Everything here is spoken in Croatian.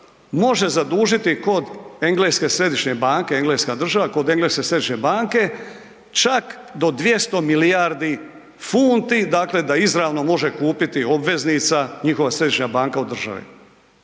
može zadužiti kod engleske središnje banke Engleska država kod engleske središnje banke čak do 200 milijardi funti da izravno može kupiti obveznica njihova središnja banka od države.